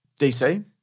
DC